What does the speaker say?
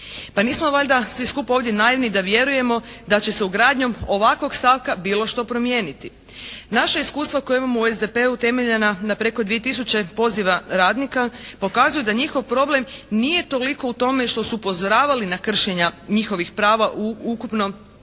Pa nismo valjda svi skupa ovdje naivni da vjerujemo da će se ugradnjom ovakvog stavka bilo što promijeniti. Naše iskustvo koje imamo u SDP-u temeljena na preko 2000 poziva radnika pokazuju da njihov problem nije toliko u tome što su upozoravali na kršenja njihovih prava u ukupno 890